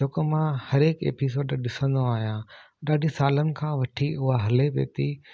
जेको मां हर हिकु एपिसोड ॾिसंदो आहियां ॾाढे सालनि खां वठी उहा हले पई थी